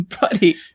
Buddy